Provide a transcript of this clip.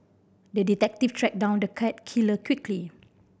the detective tracked down the cat killer quickly